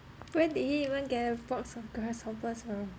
where did he even get a box of grasshoppers !huh!